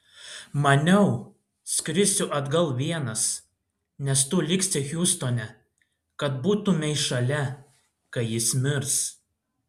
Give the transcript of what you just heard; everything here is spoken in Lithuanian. maniau skrisiu atgal vienas nes tu liksi hjustone kad būtumei šalia kai jis mirs